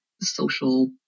social